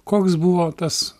koks buvo tas